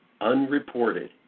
unreported